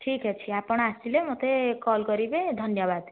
ଠିକ୍ ଅଛି ଆପଣ ଆସିଲେ ମୋତେ କଲ୍ କରିବେ ଧନ୍ୟବାଦ